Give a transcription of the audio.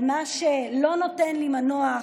על מה שלא נותן לי מנוח,